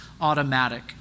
automatic